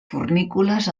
fornícules